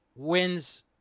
wins